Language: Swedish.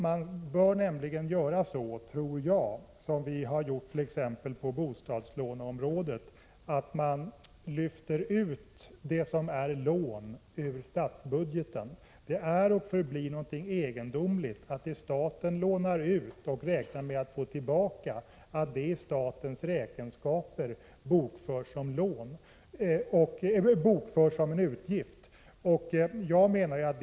Man bör göra på samma sätt som på bostadslåneområdet, dvs. lyfta ut det som är lån ur statsbudgeten. Det är och förblir egendomligt att det som staten lånar ut och räknar med att få tillbaka bokförs som en utgift i statens räkenskaper.